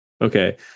Okay